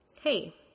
Hey